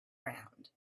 round